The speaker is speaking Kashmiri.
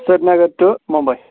سرینگٕر ٹُہ ممبے